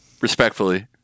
respectfully